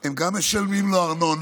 הם גם משלמים לו ארנונה,